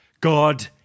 God